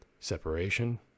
separation